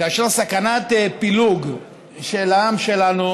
כאשר סכנת פילוג של העם שלנו